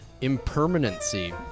Impermanency